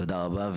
תודה רבה.